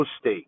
state